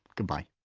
goodbye